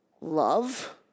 love